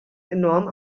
enorm